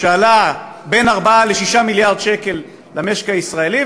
מה שעלה בין 4 ל-6 מיליארד שקל למשק הישראלי.